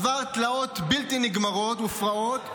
עבר תלאות בלתי נגמרות ופרעות,